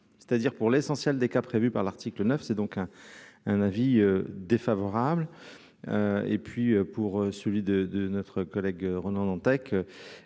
c'est-à-dire pour l'essentiel des cas prévus par l'article 9, c'est donc un avis défavorable, et puis pour celui de de notre collègue Ronan Dantec,